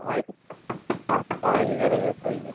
હા હા એ હતા એ